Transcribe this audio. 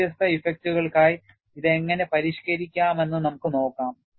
വ്യത്യസ്ത ഇഫക്റ്റുകൾക്കായി ഇത് എങ്ങനെ പരിഷ്കരിക്കാമെന്ന് നമുക്ക് നോക്കാം